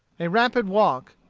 a rapid walk,